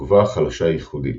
התגובה החלשה היא ייחודית,